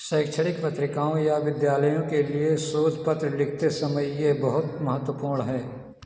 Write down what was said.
शैक्षणिक पत्रिकाओं या विद्यालयों के लिए शोध पत्र लिखते समय यह बहुत महत्वपूर्ण है